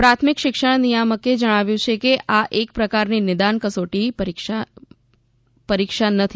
પ્રાથમિક શિક્ષણ નિયામકે જણાવ્યું છે કે આ એક પ્રકારની નિદાન કસોટી છે પરીક્ષા નથી